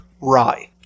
Rye